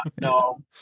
No